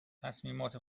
تصمیمات